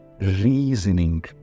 reasoning